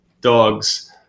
dogs